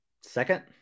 Second